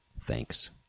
Thanks